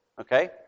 okay